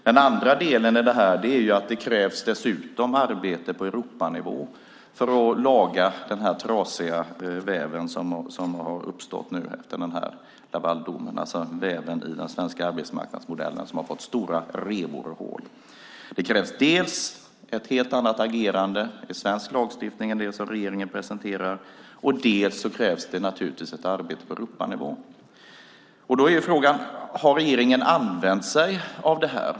Den andra delen är ju att det dessutom krävs arbete på Europanivå för att laga den väv i den svenska arbetsmarknadsmodellen som har fått stora revor och hål efter Lavaldomen. Det krävs dels ett helt annat agerande i svensk lagstiftning än det som regeringen presenterar, dels krävs det naturligtvis ett arbete på Europanivå. Då är frågan: Har regeringen använt sig av det här?